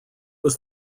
was